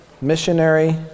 missionary